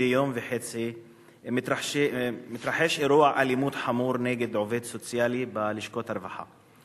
מדי יום וחצי מתרחש אירוע אלימות חמור נגד עובד סוציאלי בלשכות הרווחה,